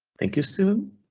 thank you, steven.